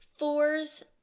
Fours